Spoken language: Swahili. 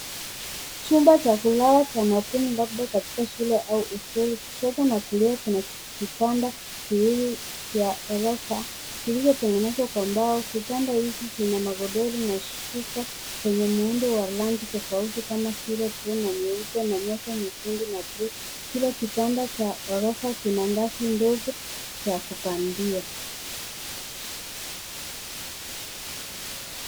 Chumba cha kulala cha mwalimu mdogo katika shule au hosteli, kushoto mwa kuingia kuna kitanda, kulia kuna sofa, kikiwa kimefunikwa na moshi kondoo. Kitanda hiki kina magodoro na shuka, kwenye muundo wa rangi kahawia, pamoja na nyeupe, na nyota ndogo za kijani na kahawia. Kile kitanda kina sanduku, cha kukalia.